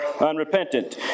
unrepentant